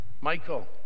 Michael